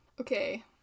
Okay